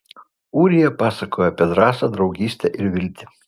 ūrija pasakojo apie drąsą draugystę ir viltį